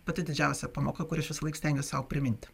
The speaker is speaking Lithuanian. pati didžiausia pamoka kur aš visąlaik stengiuos sau primint